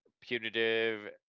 Punitive